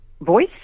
voice